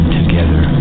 together